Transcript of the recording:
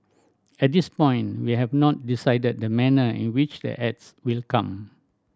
at this point we have not decided the manner in which the ads will come